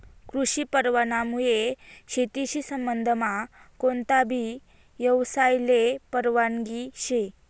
कृषी परवानामुये शेतीशी संबंधमा कोणताबी यवसायले परवानगी शे